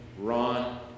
Ron